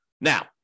Now